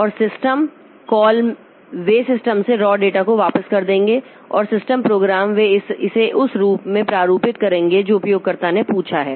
और system call वे system से रॉ डेटा को वापस कर देंगे और सिस्टम प्रोग्राम वे इसे उस रूप में प्रारूपित करेंगे जो उपयोगकर्ता ने पूछा है